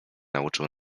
nauczył